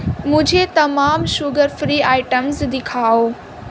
مجھے تمام sugar free items دکھاؤ